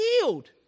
healed